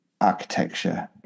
architecture